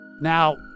Now